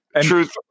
Truth